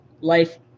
life